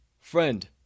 friend